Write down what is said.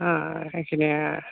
অঁ অঁ সেইখিনিয়ে অঁ